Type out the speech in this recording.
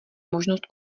možnost